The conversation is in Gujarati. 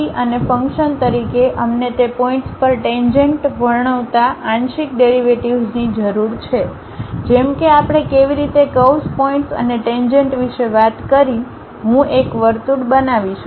અને ફંકશન તરીકે અમને તે પોઇન્ટ્સ પર ટેન્જેન્ટ વર્ણવતા આંશિક ડેરિવેટિવ્ઝની જરૂર છે જેમ કે આપણે કેવી રીતે કર્વ્સ પોઇન્ટ્સ અને ટેન્જેન્ટ વિશે વાત કરી જેથી હું એક વર્તુળ બનાવી શકું